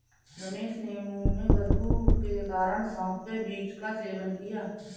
रमेश ने मुंह में बदबू के कारण सौफ के बीज का सेवन किया